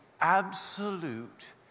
absolute